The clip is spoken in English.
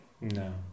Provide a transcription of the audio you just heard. no